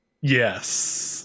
yes